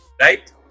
Right